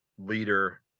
leader